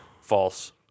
False